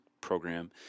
program